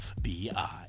FBI